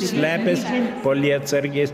slepiasi po lietsargiais